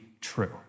true